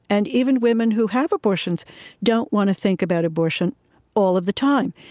and even women who have abortions don't want to think about abortion all of the time.